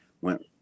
went